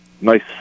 nice